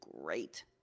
great